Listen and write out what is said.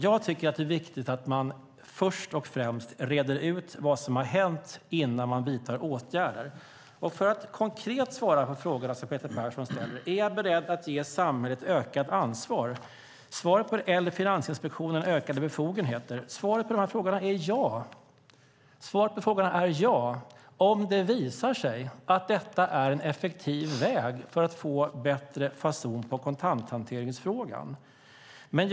Jag tycker att det är viktigt att man först och främst reder ut vad som har hänt innan man vidtar åtgärder. För att svara konkret på den fråga som Peter Persson ställer, om jag är beredd att ge samhället ökat ansvar eller Finansinspektionen ökade befogenheter, vill jag säga att svaret på frågan är ja, om det visar sig att det är en effektiv väg för att få bättre fason på kontanthanteringsfrågan.